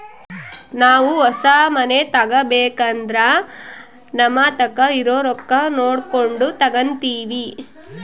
ನಾವು ಹೊಸ ಮನೆ ತಗಬೇಕಂದ್ರ ನಮತಾಕ ಇರೊ ರೊಕ್ಕ ನೋಡಕೊಂಡು ತಗಂತಿವಿ